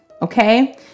Okay